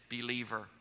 believer